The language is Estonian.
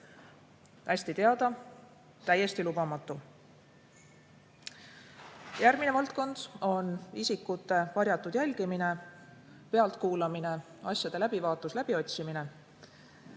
hästi teada – täiesti lubamatu. Järgmine valdkond on isikute varjatud jälgimine, pealtkuulamine, asjade läbivaatus, läbiotsimine.